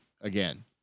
again